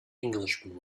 englishman